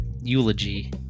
eulogy